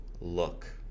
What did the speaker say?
look